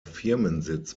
firmensitz